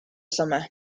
summer